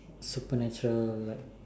supernatural like